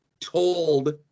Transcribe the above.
told